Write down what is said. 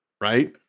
Right